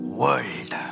world